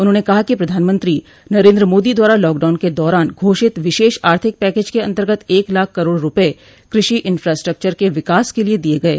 उन्होंने कहा कि प्रधानमंत्री नरेन्द्र मोदी द्वारा लॉकडाउन के दौरान घोषित विशेष आर्थिक पैकेज के अन्तर्गत एक लाख करोड़ रूपये कृषि इंफ्रास्ट्रक्वर के विकास के लिये दिये गये